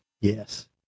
Yes